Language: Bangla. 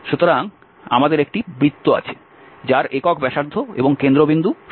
সুতরাং আমাদের এই বৃত্তটি আছে যার একক ব্যাসার্ধ এবং কেন্দ্র বিন্দু 0 তে